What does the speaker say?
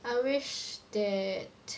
I wish that